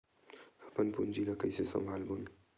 अपन पूंजी ला कइसे संभालबोन?